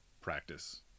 practice